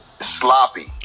sloppy